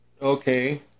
Okay